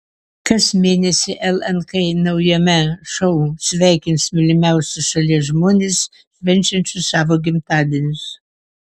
kas mėnesį lnk naujame šou sveikins mylimiausius šalies žmones švenčiančius savo gimtadienius